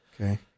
Okay